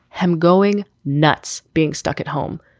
him going nuts, being stuck at home.